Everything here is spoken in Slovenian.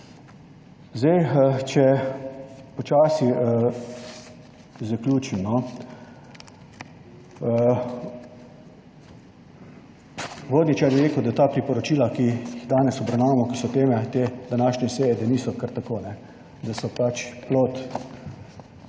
Zdaj, če počasi zaključim, no. Uvodničar je rekel, da ta priporočila, ki jih danes obravnavamo, ki so teme te današnje seje, da niso kar tako, da so pač plod